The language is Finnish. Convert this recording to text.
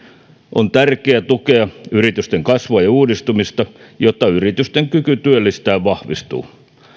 on tärkeää tukea yritysten kasvua ja uudistumista jotta yritysten kyky työllistää vahvistuu